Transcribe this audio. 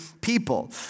people